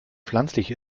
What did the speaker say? pflanzlich